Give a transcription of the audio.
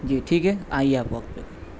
جی ٹھیک ہے آئیے آپ وقت پہ